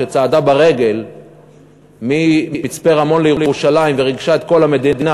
שצעדה ברגל ממצפה-רמון לירושלים וריגשה את כל המדינה.